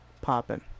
popping